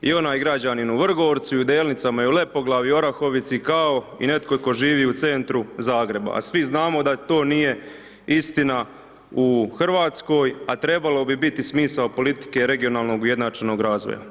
I onaj građanin u Vrgorcu i u Delnicama i u Lepoglavi i u Orahovici, kao i netko tko živi u centru Zagreba, a svi znamo da to nije istina u Hrvatskoj, a trebalo bi biti smisao politike regionalnog ujednačenog razvoja.